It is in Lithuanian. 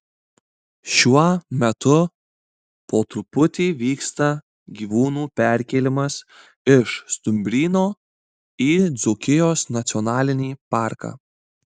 šiuo metu po truputį vyksta gyvūnų perkėlimas iš stumbryno į dzūkijos nacionalinį parką